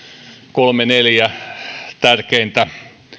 kolme neljä tärkeintä